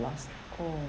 loss oh